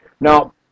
Now